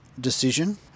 decision